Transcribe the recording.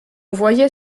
voyait